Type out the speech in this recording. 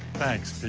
thanks,